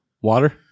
Water